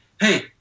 Hey